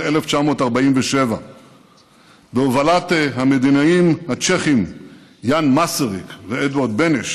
1947. בהובלת המדינאים הצ'כים יאן מסריק ואדווארד בנש